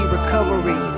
Recovery